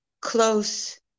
close